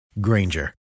Granger